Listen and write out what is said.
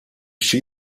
she